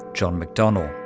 john mcdonnell.